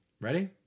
ready